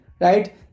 right